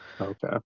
Okay